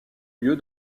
lieu